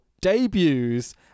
debuts